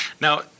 Now